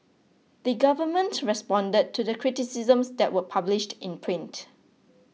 the government responded to the criticisms that were published in print